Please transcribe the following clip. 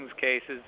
cases